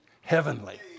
heavenly